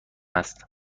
است